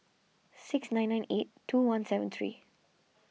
six nine nine eight two one seven three